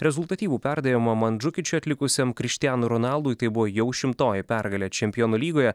rezultatyvų perdavimą mandžukičiui atlikusiam krištianui ronaldui tai buvo jau šimtoji pergalė čempionų lygoje